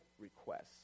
requests